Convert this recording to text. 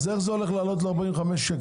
אז איך זה הולך לעלות ל-45 ₪?